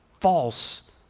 false